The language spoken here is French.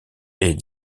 est